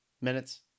minutes